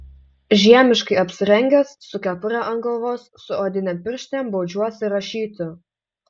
žiemiškai apsirengęs su kepure ant galvos su odinėm pirštinėm baudžiuosi rašyti